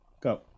go